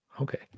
Okay